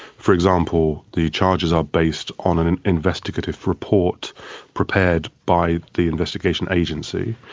for example, the charges are based on an an investigative report prepared by the investigation agency,